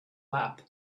lap